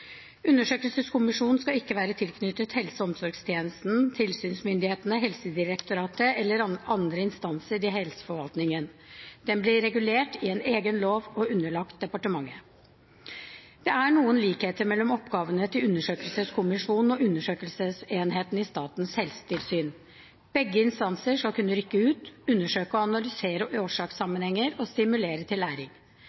Undersøkelseskommisjonen skal ikke være tilknyttet helse- og omsorgstjenesten, tilsynsmyndighetene, Helsedirektoratet eller andre instanser i helseforvaltningen. Den blir regulert i en egen lov og underlagt departementet. Det er noen likheter mellom oppgavene til undersøkelseskommisjonen og undersøkelsesenheten i Statens helsetilsyn. Begge instanser skal kunne rykke ut, undersøke og analysere